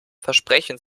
versprechen